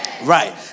Right